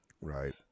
Right